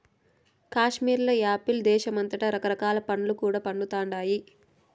కాశ్మీర్ల యాపిల్ దేశమంతటా రకరకాల పండ్లు కూడా పండతండాయి